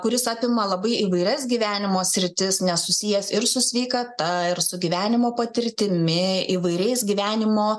kuris atima labai įvairias gyvenimo sritis nesusijęs ir su sveikata ir su gyvenimo patirtimi įvairiais gyvenimo